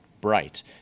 bright